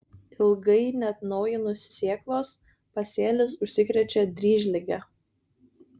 ilgai neatnaujinus sėklos pasėlis užsikrečia dryžlige